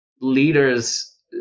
leaders